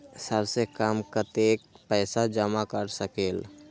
सबसे कम कतेक पैसा जमा कर सकेल?